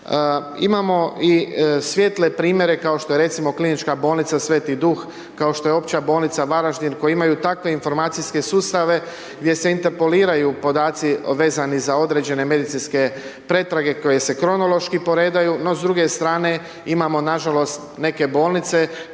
Imamo i svijetle primjere kao što je KB Sveti Duh, kao što je Opća bolnica Varaždin koji imaju takve informacijske sustave gdje se interpoliraju podaci vezani za određene medicinske pretrage, koje se kronološki poredaju no s druge strane imamo nažalost neke bolnice